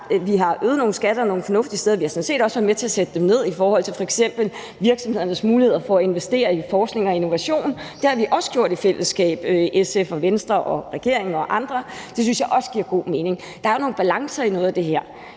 vi har øget nogle skatter nogle fornuftige steder. Vi har sådan set også været med til at sætte dem ned i forhold til f.eks. virksomhedernes muligheder for at investere i forskning og innovation. Det har vi også gjort i fællesskab, altså SF, Venstre og regeringen og andre. Det synes jeg også giver god mening. Der er jo nogle balancer i noget af det her.